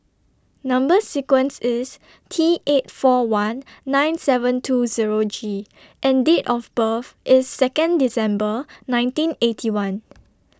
Number sequence IS T eight four one nine seven two Zero G and Date of birth IS Second December nineteen Eighty One